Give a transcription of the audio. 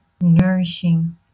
nourishing